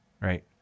right